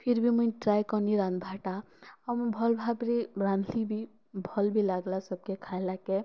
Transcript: ଫିର୍ବି ମୁଇଁ ଟ୍ରାଏ କର୍ମି ରାନ୍ଧ୍ବାଟା ଆଉ ମୁଁ ଭଲ୍ ଭାବ୍ରେ ରାନ୍ଧ୍ଲି ବି ଭଲ୍ ବି ଲାଗ୍ଲା ସବ୍କେ ଖାଇଲାକେ